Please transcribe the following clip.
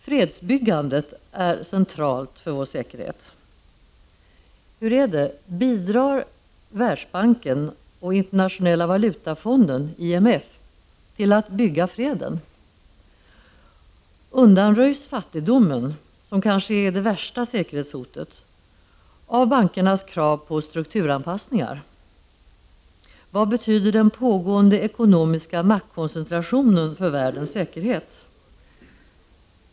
Fredsbyggandet är centralt för vår säkerhet. Bidrar Världsbanken och Internationella valutafonden, IMF, till att främja freden? Undanröjs fattigdomen, som kanske är det värsta säkerhetshotet, av bankernas krav på strukturanpassningar? Vad betyder den pågående ekonomiska maktkoncentrationen för världens säkerhet?